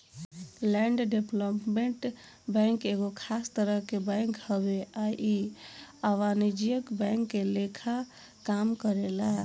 land development bank एगो खास तरह के बैंक हवे आ इ अवाणिज्यिक बैंक के लेखा काम करेला